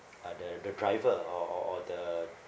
uh the the driver or or or the